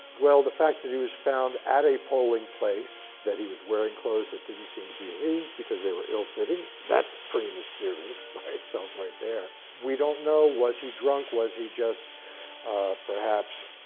well the fact that he was found at a polling place, that he was wearing clothes that didn't seem to be his because they were ill-fitting, that's pretty mysterious by itself right there, we don't know, was he drunk was he just perhaps